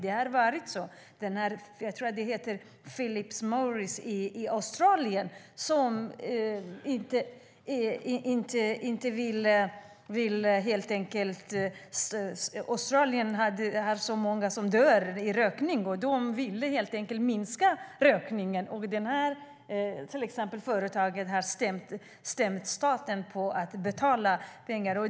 Det har varit så i Australien, där många dör i rökning. Man ville därför minska rökningen, och jag tror att det är företaget Philip Morris som har stämt staten på pengar.